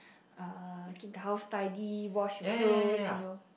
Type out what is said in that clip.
uh keep the house tidy wash your clothes you know